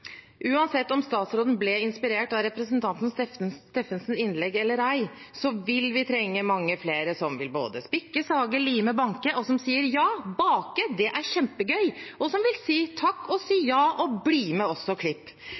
Uansett om statsråden ble inspirert av representanten Steffensens innlegg eller ei, vil vi trenge mange flere som vil spikke, sage, lime, banke, og som sier «ja, bake, det er kjempegøy!», og som vil si «takk og ja, og bli med oss og klipp»,